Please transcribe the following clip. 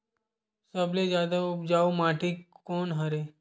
सबले जादा उपजाऊ माटी कोन हरे?